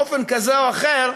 באופן כזה או אחר,